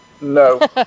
No